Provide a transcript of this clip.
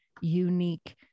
unique